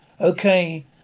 Okay